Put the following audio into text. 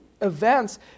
events